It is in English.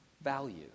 value